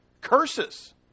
Curses